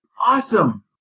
Awesome